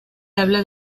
habla